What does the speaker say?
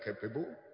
capable